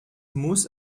muss